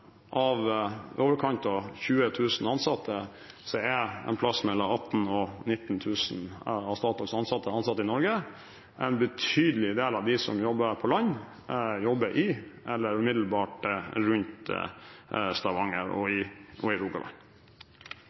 av i overkant av 20 000 ansatte er en plass mellom 18 000 og 19 000 av Statoils ansatte ansatt i Norge. En betydelig del av dem som jobber på land, jobber i eller umiddelbart rundt Stavanger og i